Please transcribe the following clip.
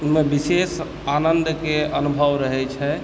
मे विशेष आनन्दके अनुभव रहैत छै